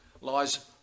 lies